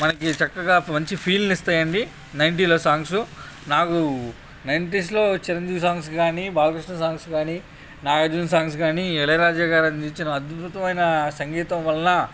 మనకు చక్కగా మంచి ఫీల్ని ఇస్తాయండి నైంటీలో సాంగ్సు నాకు నైంటీస్లో చిరంజీవి సాంగ్స్ కానీ బాలకృష్ణ సాంగ్స్ కానీ నాగర్జున సాంగ్స్ కానీ ఇళయరాజా గారు అందించిన అద్భుతమైన సంగీతం వల్ల